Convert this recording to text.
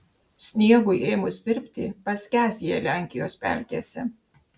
sniegui ėmus tirpti paskęs jie lenkijos pelkėse